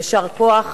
יישר כוח.